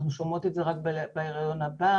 אנחנו שומעות את זה רק בהיריון הבא,